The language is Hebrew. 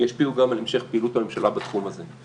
ישפיעו גם על המשך פעילות הממשלה בתחום הזה.